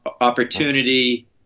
opportunity